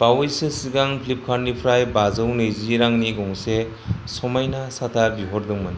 बावैसो सिगां फ्लिपकार्ट निफ्राय बाजौ नैजि रांनि गंसे सामायना साथा बिहरदोंमोन